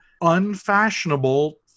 unfashionable